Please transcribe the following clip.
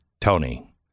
Tony